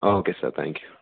ആ okay sir thank you